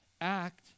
act